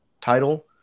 title